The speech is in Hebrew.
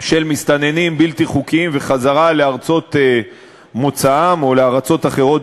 של מסתננים בלתי חוקיים וחזרתם לארצות מוצאם או לארצות אחרות.